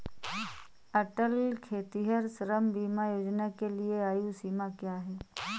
अटल खेतिहर श्रम बीमा योजना के लिए आयु सीमा क्या है?